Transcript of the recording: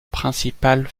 principal